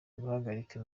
guhagarika